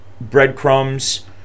breadcrumbs